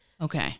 Okay